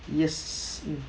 yes